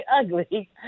ugly